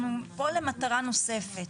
אנחנו פה למטרה נוספת.